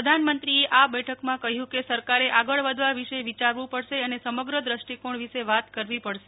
પ્રધાનમંત્રીએ આ બેઠકમાં કહ્યું કે સરકારે આગળ વધવા વિશે વિચારવું પડશે અને સમગ્ર દ્રષ્ટિકોણ વિશે વાત કરવી પડશે